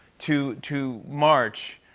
to to march.